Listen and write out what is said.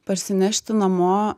parsinešti namo